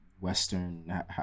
Western